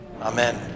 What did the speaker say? Amen